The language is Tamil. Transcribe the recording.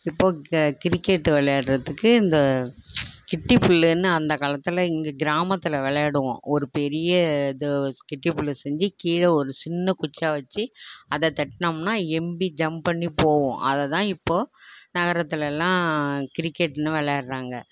இப்போ க கிரிக்கெட்டு விளையாடுறதுக்கு இந்த கிட்டிப்பில்லுன்னு அந்தக் காலத்தில் எங்கள் கிராமத்தில் விளையாடுவோம் ஒரு பெரிய இதை கிட்டிப்புல்லு செஞ்சு கீழே ஒரு சின்ன குச்சியாக வச்சு அதை தட்டினோம்னா எம்பி ஜம்ப் பண்ணி போகும் அதைதான் இப்போது நகரத்தில் எல்லாம் கிரிக்கெட்னு விளையாடுறாங்க